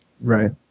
Right